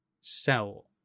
sell